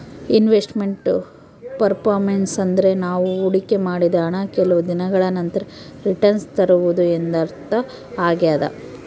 invest made performance ಅಂದ್ರೆ ನಾವು ಹೊಡಿಕೆ ಮಾಡಿದ ಹಣ ಕೆಲವು ದಿನಗಳ ನಂತರ ರಿಟನ್ಸ್ ತರುವುದು ಎಂದರ್ಥ ಆಗ್ಯಾದ